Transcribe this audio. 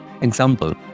Example